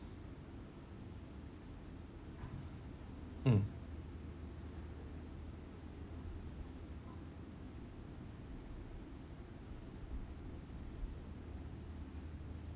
mm